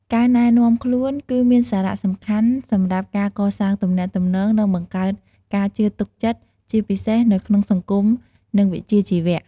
ការណែនាំខ្លួនគឺមានសារៈសំខាន់សម្រាប់ការកសាងទំនាក់ទំនង និងបង្កើតការជឿទុកចិត្ត ជាពិសេសនៅក្នុងសង្គម និងវិជ្ជាជីវៈ។